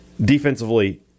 Defensively